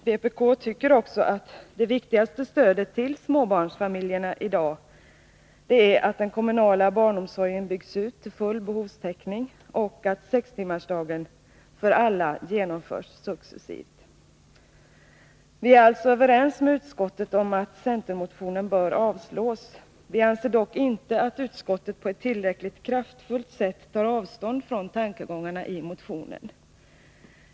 Vpk anser att det viktigaste stödet till småbarnsföräldrarna i dag är att barnomsorgen byggs ut till full behovstäckning och att sextimmarsdagen för alla genomförs successivt. Vi är alltså överens med utskottet om att centermotionen bör avslås. Vi tycker dock inte att utskottet på ett tillräckligt kraftfullt sätt tar avstånd från tankegångarna i motionen.